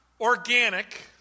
organic